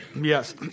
Yes